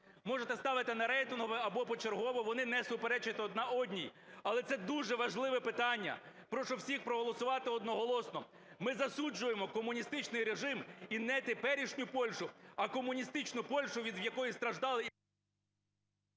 Можете ставити на рейтингове або почергово, вони не суперечать одна одній. Але це дуже важливе питання. Прошу всіх проголосувати одноголосно, ми засуджуємо комуністичний режим і не теперішню Польщу, а комуністичну Польщу, від якої страждали… ГОЛОВУЮЧИЙ.